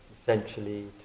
essentially